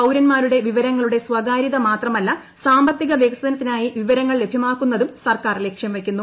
പൌരന്മാരുടെ വിവരങ്ങളുടെ സ്വകാര്യത മാത്രമല്ല സാമ്പത്തിക വികസനത്തിനായി വിവരങ്ങൾ ലഭ്യമാക്കുന്നതും സർക്കാർ ലക്ഷ്യം വയ്ക്കുന്നു